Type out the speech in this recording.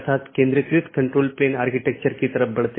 यह एक शब्दावली है या AS पाथ सूची की एक अवधारणा है